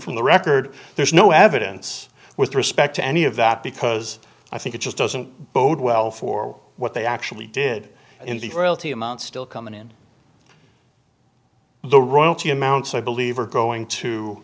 from the record there's no evidence with respect to any of that because i think it just doesn't bode well for what they actually did in the amounts still coming in the royalty amounts i believe are going